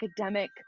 academic